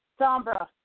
Sombra